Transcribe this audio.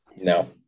No